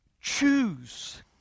choose